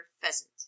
pheasant